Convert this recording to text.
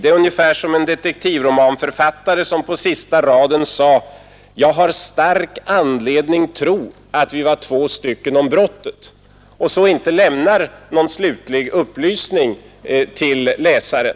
Det är ungefär som en detektivromanförfattare som på sista raden sade: Jag har stark anledning tro att vi var två stycken om brottet — men inte lämnar någon slutlig upplysning till läsaren.